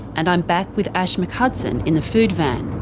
and i'm back with ash mchudson in the food van.